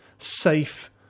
safe